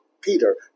Peter